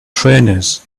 trainers